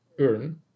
earn